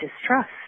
distrust